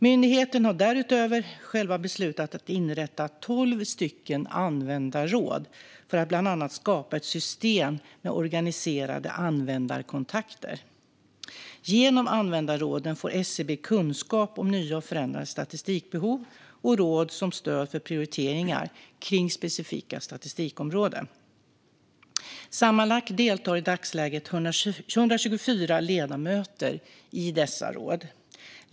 Myndigheten har därutöver själv beslutat att inrätta tolv användarråd för att bland annat skapa ett system med organiserade användarkontakter. Genom användarråden får SCB kunskap om nya och förändrade statistikbehov och råd som stöd för prioriteringar kring specifika statistikområden. Sammanlagt deltar i dagsläget 124 ledamöter i dessa råd.